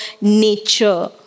nature